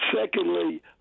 Secondly